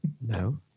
No